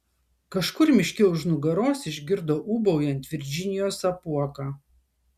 kažkur miške už nugaros išgirdo ūbaujant virdžinijos apuoką